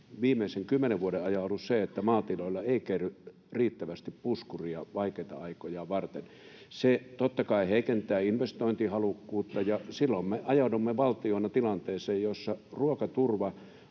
viimeisen kymmenen vuoden ajan ollut se, että maatiloilla ei kerry riittävästi puskuria vaikeita aikoja varten. Se, totta kai, heikentää investointihalukkuutta, ja silloin me ajaudumme valtiona tilanteeseen, jossa ruokaturva